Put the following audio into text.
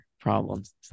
problems